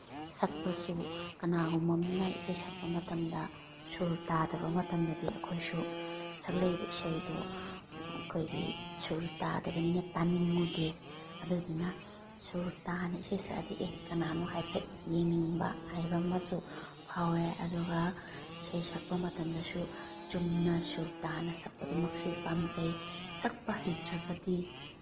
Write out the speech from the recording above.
ꯁꯛꯄꯁꯨ ꯀꯅꯥꯒꯨꯝꯕ ꯑꯃꯅ ꯏꯁꯩ ꯁꯛꯄ ꯃꯇꯝꯗ ꯁꯨꯔ ꯇꯥꯗꯕ ꯃꯇꯝꯗꯗꯤ ꯑꯩꯈꯣꯏꯁꯨ ꯁꯛꯂꯛꯏꯕ ꯏꯁꯩꯗꯣ ꯑꯩꯈꯣꯏꯒꯤ ꯁꯨꯔ ꯇꯥꯗꯕꯅꯤꯅ ꯇꯥꯅꯤꯡꯉꯨꯗꯦ ꯑꯗꯨꯗꯨꯅ ꯁꯨꯔ ꯇꯥꯅ ꯏꯁꯩ ꯁꯛꯑꯗꯤ ꯑꯦ ꯀꯅꯥꯅꯣ ꯍꯥꯏꯐꯦꯠ ꯌꯦꯡꯅꯤꯡꯕ ꯍꯥꯏꯕ ꯑꯃꯁꯨ ꯐꯥꯎꯏ ꯑꯗꯨꯒ ꯏꯁꯩ ꯁꯛꯄ ꯃꯇꯝꯗꯁꯨ ꯆꯨꯝꯅ ꯁꯨꯔ ꯇꯥꯅ ꯁꯛꯄꯗꯨꯃꯛꯁꯨ ꯄꯥꯝꯖꯩ ꯁꯛꯄ ꯍꯩꯇ꯭ꯔꯒꯗꯤ